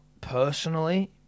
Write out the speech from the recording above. personally